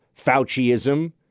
Fauciism